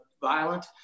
violent